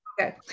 okay